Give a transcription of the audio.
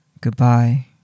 Goodbye